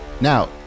Now